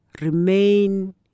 Remain